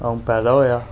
अ'ऊं पैदा होएया